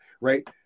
right